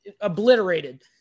obliterated